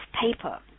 paper